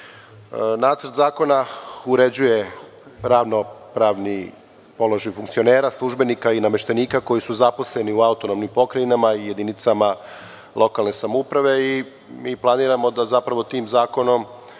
zakona uređuje radno-pravni položaj funkcionera, službenika i nameštenika koji su zaposleni u AP i jedinicama lokalne samouprave. Mi planiramo da, zapravo, tim zakonom